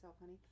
honey